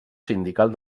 sindical